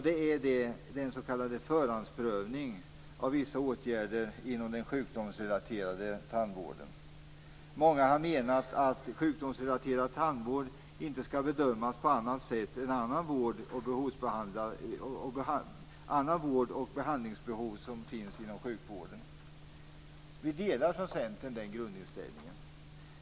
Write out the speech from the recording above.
Det gäller den s.k. förhandsprövningen av vissa åtgärder inom den sjukdomsrelaterade tandvården. Många har menat att sjukdomsrelaterad tandvård inte skall bedömas på annat sätt än andra vård och behandlingsbehov inom sjukvården. Vi delar från Centerns sida den grundinställningen.